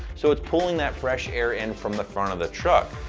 so it's pulling that fresh air in from the front of the truck.